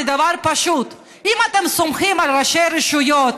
דבר פשוט: אם אתם סומכים על ראשי רשויות,